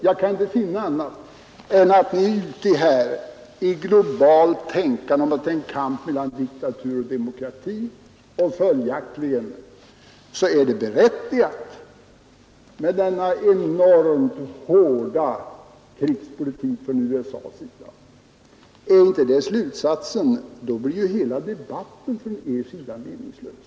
Jag kan inte finna annat än att ni är ute här i globalt tänkande om att det är en kamp mellan diktatur och demokrati och att det följaktligen är berättigat med denna enormt hårda krigspolitik från USA:s sida. Är inte det slutsatsen, så blir ju hela debatten från er sida meningslös.